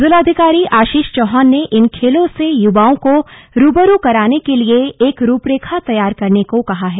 जिलाधिकारी आशीष चौहान ने इन खेलों से युवाओं को रू ब रू कराने के लिए एक रूपरखा तैयार करने को कहा है